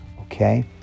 okay